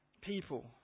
people